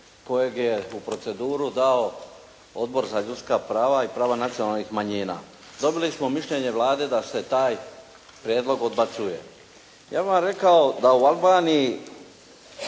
kojeg je u proceduru dao Odbor za ljudska prava i prava nacionalnih manjina. Dobili smo mišljenje Vlade da se taj prijedlog odbacuje. Ja bih vam rekao da u Albaniji